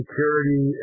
Security